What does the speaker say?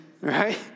right